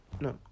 No